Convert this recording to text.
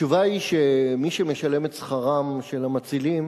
התשובה היא, שמי שמשלם את שכרם של המצילים